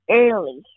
early